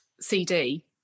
CD